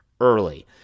early